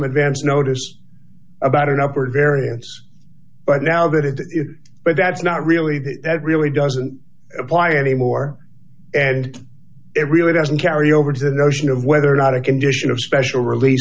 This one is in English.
advance notice about it upward variance but now that it is but that's not really that really doesn't apply anymore and it really doesn't carry over to the notion of whether or not a condition of special release